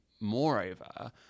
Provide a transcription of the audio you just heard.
moreover